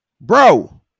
bro